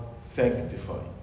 sanctified